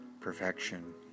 perfection